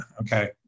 okay